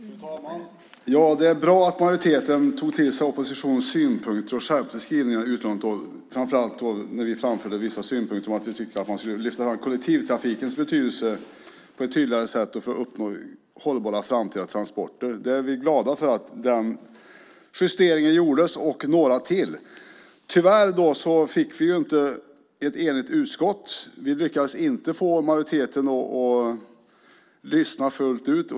Fru talman! Det är bra att majoriteten tog till sig oppositionens synpunkter och skärpte skrivningen, framför allt när det gäller de synpunkter vi framförde om att på ett tydligare sätt lyfta fram kollektivtrafikens betydelse för att uppnå hållbara framtida transporter. Vi är glada för att den justeringen och några till gjordes. Tyvärr fick vi inte ett enigt utskott. Vi lyckades inte få majoriteten att lyssna fullt ut.